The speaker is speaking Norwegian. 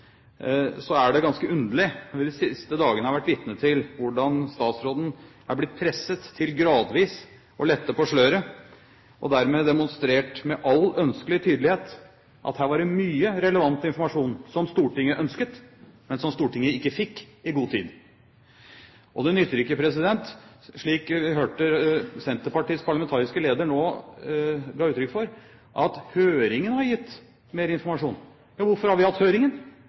er det ganske underlig, når vi de siste dagene har vært vitne til hvordan statsråden er blitt presset til gradvis å lette på sløret, og dermed har demonstrert med all ønskelig tydelighet at her var det mye relevant informasjon som Stortinget ønsket, men som Stortinget ikke fikk i god tid. Og det nytter ikke å si, slik vi hørte Senterpartiets parlamentariske leder nå gi uttrykk for, at høringen har gitt mer informasjon. Hvorfor har vi hatt høringen?